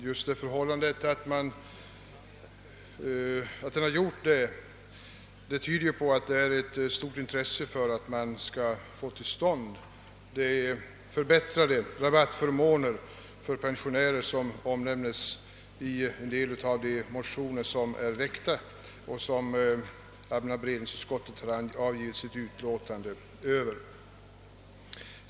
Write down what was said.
Just det förhållandet att den har gjort det tyder på att det finns ett stort intresse för att man skall få till stånd de förbättrade rabattförmåner för pensionärer som omnämns i en del av de motioner som är väckta och som allmänna beredningsutskottet har avgivit sitt utlåtande över.